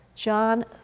John